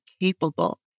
capable